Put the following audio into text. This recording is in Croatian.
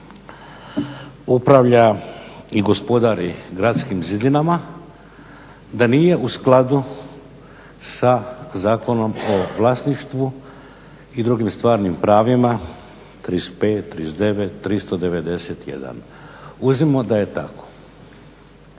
upravlja i gospodari gradskim zidinama, da nije u skladu sa Zakonom o vlasništvu i drugim stvarnim pravima, 35., 39., 391., uzmimo da je tako.